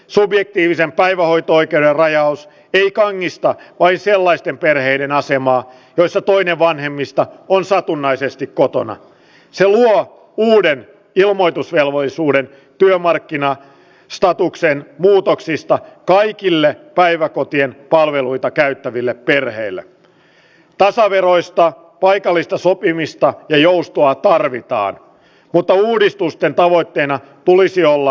subjektiivisen päivähoito oikeuden rajaus pilkkaamista vai sellaisten perheiden asemaa joista toinen vanhemmista oli satunnaisesti kotona sille uuden ilmoitusvelvollisuuden työmarkkina statuksen muutoksista kaikille päiväkotien palveluita käyttäville perheille tasaveroista paikallista sopimista ja joustoa tarvitaan mutta hallitusten tavoitteena tulisi olla